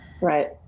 Right